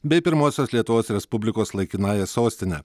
bei pirmosios lietuvos respublikos laikinąja sostine